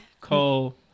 Cole